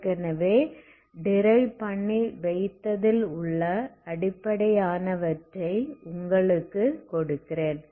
ஏற்கனவே டிரைவ் பண்ணி வைத்ததில் உள்ள அடிப்படையானவற்றை உங்களுக்கு கொடுக்கிறேன்